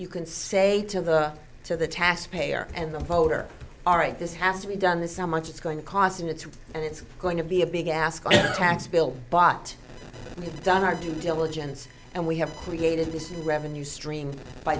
you can say to the to the task payer and the voter all right this has to be done this so much it's going to cost and it's and it's going to be a big ask tax bill but it's done our due diligence and we have created this in the revenue stream by